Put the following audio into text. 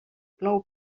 plou